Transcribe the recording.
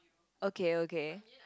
okay okay